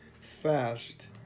fast